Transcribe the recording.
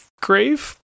grave